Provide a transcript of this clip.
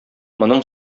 моның